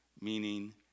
meaning